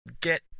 get